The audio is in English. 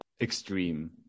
extreme